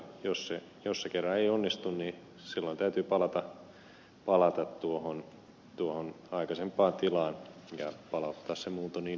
jos se ei kerran onnistu niin silloin täytyy palata tuohon aikaisempaan tilaan ja palauttaa se muunto niidenkin osalta